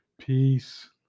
Peace